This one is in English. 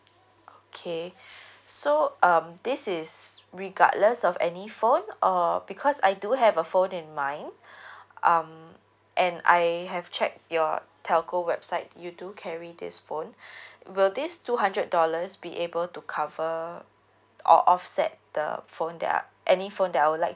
okay so um this is regardless of any phone or because I do have a phone in mind um and I have checked your telco website you do carry this phone will this two hundred dollars be able to cover or offset the phone that I any phone that I would like